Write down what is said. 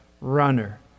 runner